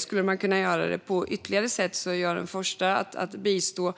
Skulle man kunna göra det på ytterligare sätt är jag den första att bistå